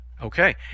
okay